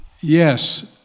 Yes